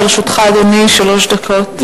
לרשותך, אדוני, שלוש דקות.